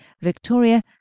Victoria